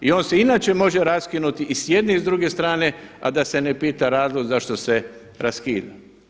I on se inače može raskinuti i s jedne i s druge strane, a da se ne pita razlog zašto se raskida.